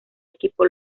equipo